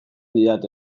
didate